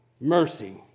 mercy